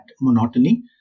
monotony